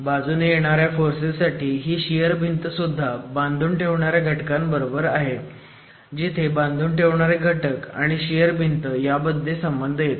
बाजूने येणार्या फोर्सेस साठी ही शियर भिंत सुद्धा बांधून ठेवणार्या घटकांबरोबर आहे जिथे बांधून ठेवणारे घटक आणी शियर भिंत ह्यामध्ये संबंध येतो